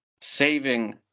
saving